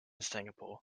singapore